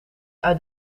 uit